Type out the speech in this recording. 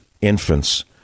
infants